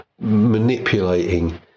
manipulating